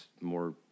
more